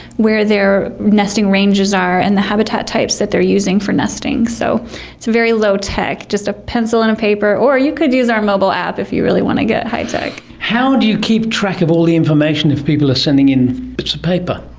where their nesting ranges are, and the habitat types that they're using for nesting. nesting. so it's very low tech, just a pencil and a paper. or you could use our mobile app if you really want to get high tech. how do you keep track of all the information if people are sending in bits of paper?